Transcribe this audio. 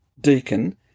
deacon